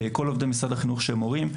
כל עובדי משרד החינוך שהם מורים,